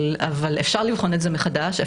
אבל אפשר לבחון את זה מחדש.